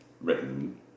written